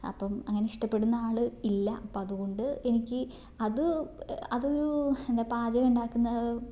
അപ്പം അങ്ങനെ ഇഷ്ടപ്പെടുന്ന ആൾ ഇല്ല അപ്പം അത്കൊണ്ട് എനിക്ക് അത് അതൊരു എന്താ പാചകം ഉണ്ടാക്കുന്ന